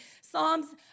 Psalms